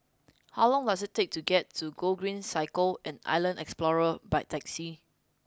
how long does it take to get to Gogreen Cycle and Island Explorer by taxi